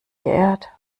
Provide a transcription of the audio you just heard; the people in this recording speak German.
geehrt